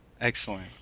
Excellent